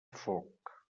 foc